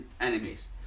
enemies